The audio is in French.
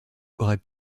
aurait